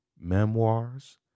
Memoirs